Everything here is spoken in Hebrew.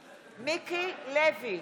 מתווכים, מאכערים למיניהם,